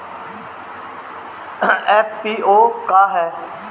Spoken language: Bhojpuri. एफ.पी.ओ का ह?